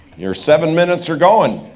your seven minutes are gone.